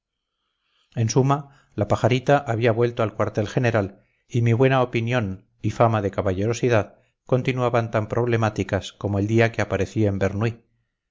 en suma la pajarita había vuelto al cuartel general y mi buena opinión y fama de caballerosidad continuaban tan problemáticas como el día que aparecí en bernuy